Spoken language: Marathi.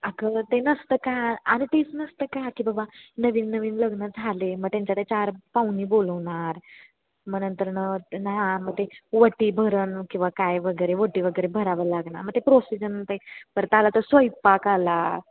अगं ते नसतं का आणि तेच नसतं का की बाबा नवीन नवीन लग्न झाले आहे मग त्यांच्या त्या चार पाहुणे बोलवणार मग नंतर ना हां ते ओटी भरणं किंवा काय वगैरे ओटी वगैरे भरावं लागणार मग ते प्रोसिजन ते परत आला तर स्वयंपाक आला